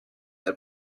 the